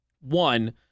One